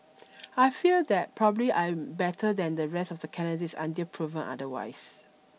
I feel that probably I am better than the rest of the candidates until proven otherwise